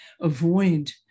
avoid